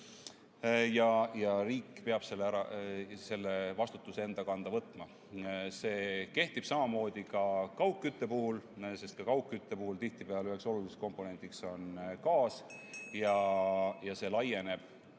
ja riik peab selle vastutuse enda kanda võtma. See kehtib samamoodi kaugkütte puhul, sest ka kaugkütte puhul tihtipeale üheks oluliseks komponendiks on gaas ...